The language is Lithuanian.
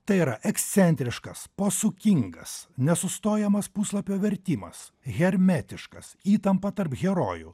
tai yra ekscentriškas posūkingas nesustojamas puslapio vertimas hermetiškas įtampa tarp herojų